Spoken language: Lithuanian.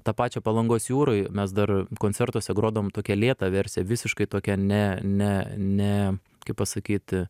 tą pačią palangos jūroj mes dar koncertuose grodavom tokią lėtą versiją visiškai tokią ne ne ne kaip pasakyti